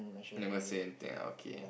never say anything ah okay